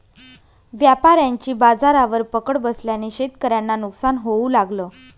व्यापाऱ्यांची बाजारावर पकड बसल्याने शेतकऱ्यांना नुकसान होऊ लागलं